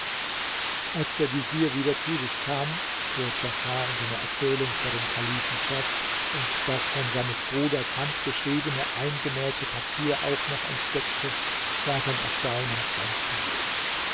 als der vezier wieder zu sich kam fuhr djafar in seiner erzählung vor dem kalifen fort und das von seines bruders hand geschriebene eingenähte papier auch noch entdeckte war sein erstaunen grenzenlos